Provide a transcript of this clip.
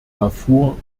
darfur